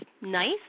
nice